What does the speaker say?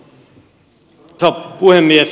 arvoisa puhemies